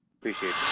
Appreciate